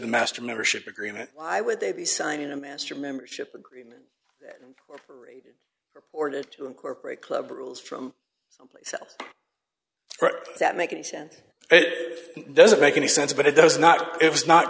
the master membership agreement why would they be signing a master membership agreement or ordered to incorporate club rules from someplace else that makes any sense it doesn't make any sense but it does not it was not